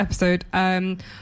episode